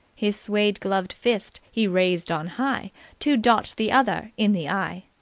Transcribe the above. his suede-gloved fist he raised on high to dot the other in the eye.